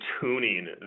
tuning